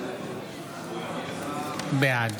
בעד